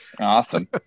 Awesome